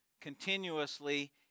Continuously